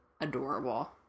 adorable